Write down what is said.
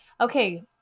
Okay